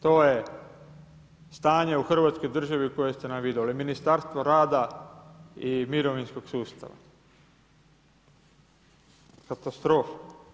To je stanje u Hrvatskoj državi u koju ste nas vi doveli, Ministarstvo rada i mirovinskog sustav, katastrofa.